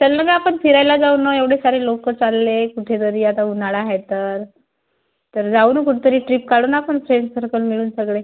चल ना ग आपण फिरायला जाऊ ना एवढे सारे लोकं चालले कुठेतरी आता उन्हाळा आहे तर तर जाऊ ना कुठे तरी ट्रीप काढू ना आपण फ्रेंडसर्कल मिळून सगळे